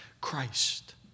Christ